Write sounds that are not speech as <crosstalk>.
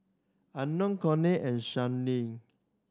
Unknown Coley and <unintelligible>